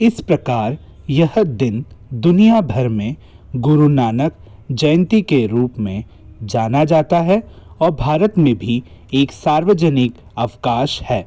इस प्रकार यह दिन दुनिया भर में गुरु नानक जयंती के रूप में जाना जाता है और भारत में भी एक सार्वजनिक अवकाश है